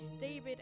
David